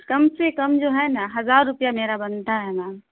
کم سے کم جو ہے نا ہزار روپیہ میرا بنتا ہے میم